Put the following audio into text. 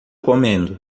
comendo